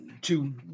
two